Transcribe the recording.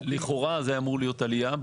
לכאורה זה היה אמור להיות עלייה,